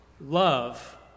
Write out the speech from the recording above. love